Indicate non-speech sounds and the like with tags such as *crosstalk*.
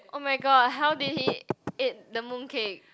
oh-my-god how did he *noise* eat the mooncake